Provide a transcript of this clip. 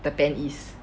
the pen is